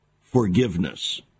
forgiveness